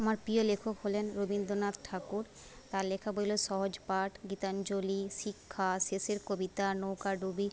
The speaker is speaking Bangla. আমার প্রিয় লেখক হলেন রবীন্দ্রনাথ ঠাকুর তার লেখা বই হল সহজপাঠ গীতাঞ্জলি শিক্ষা শেষের কবিতা নৌকাডুবি